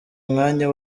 umwanya